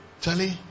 Charlie